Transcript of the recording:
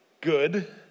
Good